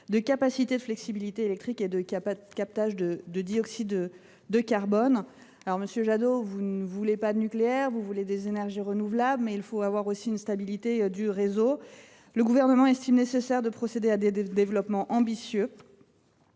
de capacité de flexibilité électrique et de captage de dioxyde de carbone. Monsieur Jadot, vous voulez non pas du nucléaire, mais des énergies renouvelables. Mais il faut aussi garantir la stabilité du réseau. C’est pourquoi le Gouvernement estime nécessaire de procéder à des développements ambitieux